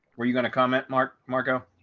were you going to comment mark? marco?